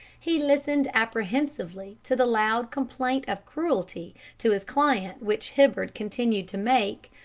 he listened apprehensively to the loud complaint of cruelty to his client which hibbard continued to make,